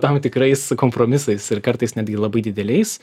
tam tikrais kompromisais ir kartais netgi labai dideliais